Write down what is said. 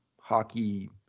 hockey